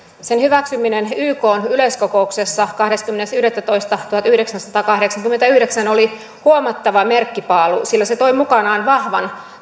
sen hyväksyminen ykn yleiskokouksessa kahdeskymmenes yhdettätoista tuhatyhdeksänsataakahdeksankymmentäyhdeksän oli huomattava merkkipaalu sillä se toi mukanaan vahvan